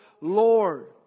Lord